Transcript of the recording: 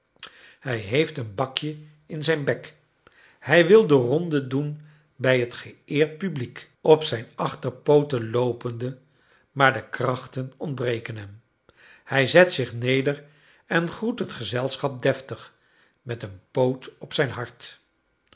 hij heeft een bakje in zijn bek hij wil de ronde doen bij het geëerd publiek op zijn achterpooten loopende maar de krachten ontbreken hem hij zet zich neder en groet het gezelschap deftig met een poot op zijn hart